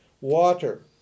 water